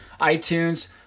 iTunes